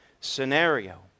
scenario